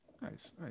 nice